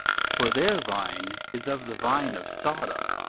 for their vine is of the vine of sodom,